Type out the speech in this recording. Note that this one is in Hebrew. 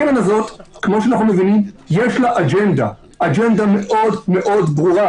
כמו שאנחנו מבינים לקרן הזאת יש אג'נדה מאוד ברורה.